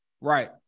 Right